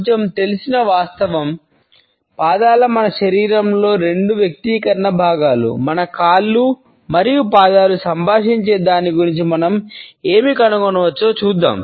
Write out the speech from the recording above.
కొంచెం తెలిసిన వాస్తవం పాదాలు మన శరీరంలోని రెండు వ్యక్తీకరణ భాగాలు మన కాళ్ళు మరియు పాదాలు సంభాషించే దాని గురించి మనం ఏమి కనుగొనవచ్చో చూద్దాం